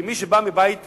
כמי שבא מבית דתי,